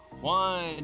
One